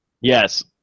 Yes